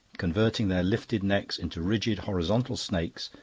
converting their lifted necks into rigid, horizontal snakes,